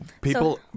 People